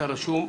הלימודים,